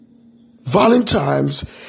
Valentine's